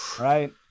right